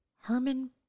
Herman